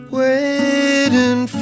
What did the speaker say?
waiting